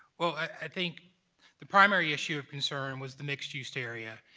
well, i think the primary issue of concern was the mixed-use area.